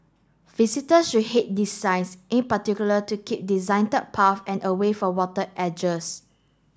visitor should heed these signs in particular to keep paths and away from water edges